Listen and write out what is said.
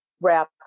wrap